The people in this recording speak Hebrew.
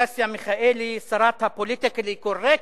אנסטסיה מיכאלי, שרת הפוליטיקלי קורקט,